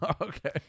okay